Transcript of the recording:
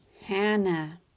Hannah